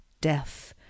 death